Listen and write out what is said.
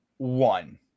One